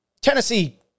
Tennessee